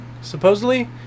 supposedly